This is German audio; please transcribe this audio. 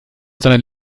sondern